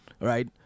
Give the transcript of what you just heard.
right